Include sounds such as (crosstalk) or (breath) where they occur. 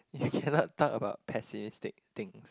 you cannot (breath) talk about pessimistic things